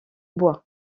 bois